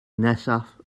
nesaf